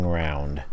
round